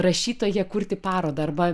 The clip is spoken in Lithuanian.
rašytoją kurti parodą arba